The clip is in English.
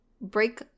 break